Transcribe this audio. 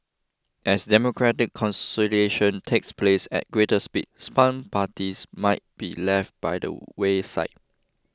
as democratic consolidation takes place at greater speed parties might be left by the wayside